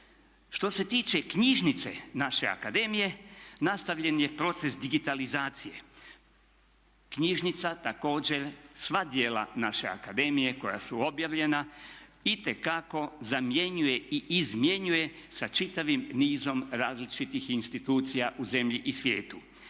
Što se tiče knjižnice naše akademije, nastavljen je proces digitalizacije. Knjižnica također sva djela naše akademije koja su objavljena itekako zamjenjuje i izmjenjuje sa čitavim nizom različitih institucija u zemlji i svijetu.